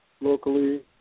locally